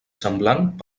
semblant